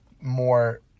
more